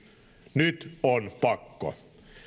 nyt on pakko